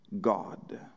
God